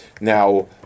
Now